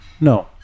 no